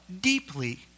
deeply